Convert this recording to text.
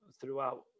throughout